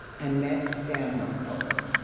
and met sam mccollough.